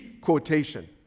quotation